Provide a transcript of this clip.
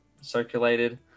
circulated